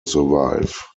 survive